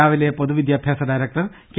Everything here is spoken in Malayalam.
രാവിലെ പൊതു വിദ്യാഭ്യാസിക്ക ഡയറക്ടർ കെ